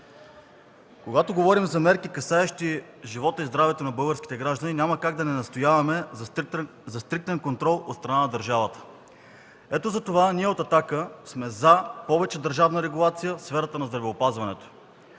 Когато говорим за мерки, касаещи живота и здравето на българските граждани, няма как да не настояваме за стриктен контрол от страна на държавата. Ето затова ние от „Атака” сме за повече държавна регулация в сферата на здравеопазването.